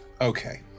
Okay